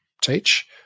teach